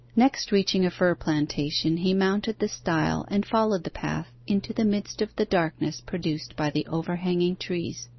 next reaching a fir plantation, he mounted the stile and followed the path into the midst of the darkness produced by the overhanging trees.